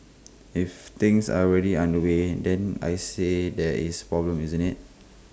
if things are already underway then I say there is problem isn't IT